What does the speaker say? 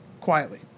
quietly